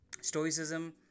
Stoicism